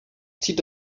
zieht